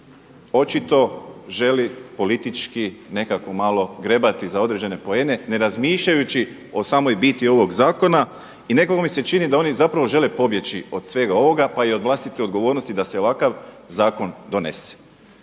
očito želi politički nekako malo grebati za određene poene ne razmišljajući o samoj biti ovoga zakona. I nekako mi se čini da oni zapravo žele pobjeći od svega ovoga, pa i od vlastite odgovornosti da se ovakav zakon donese.